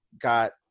got